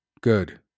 Good